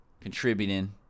Contributing